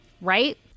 right